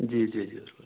जी जी जी बिल्कुल